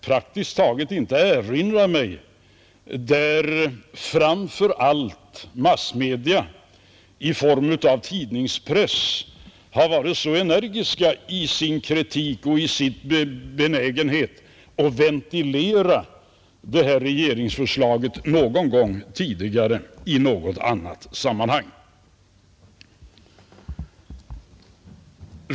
Jag kan inte erinra mig att framför allt massmedia i form av tidningspressen någon gång tidigare och i något annat sammanhang varit så energiska i sin kritik och i sin benägenhet att ventilera ett regeringsförslag som just detta.